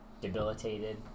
debilitated